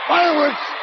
Fireworks